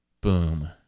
Boom